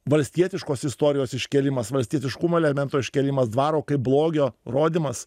valstietiškos istorijos iškėlimas valstietiškumo elementų iškėlimas dvaro kaip blogio rodymas